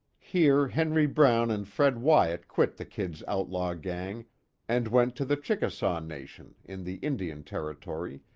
here henry brown and fred wyat quit the kid's outlaw gang and went to the chickasaw nation, in the indian territory,